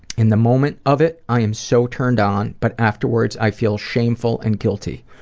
in the moment of it i am so turned on but afterwards i feel shameful and guilty.